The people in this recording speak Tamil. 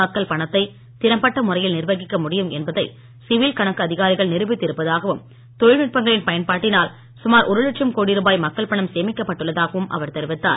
மக்கள் பணத்தை திறம்பட்ட முறையில் நிர்வகிக்க முடியும் என்பதை சிவில் கணக்கு அதிகாரிகள் நிருபித்து இருப்பதாகவும் தொழில்நுட்பங்களின் பயன்பாட்டினால் சுமார் ஒரு லட்சம் கோடி ரூபாய் மக்கள் பணம் சேமிக்கப் பட்டுள்ளதாகவும் அவர் தெரிவித்தார்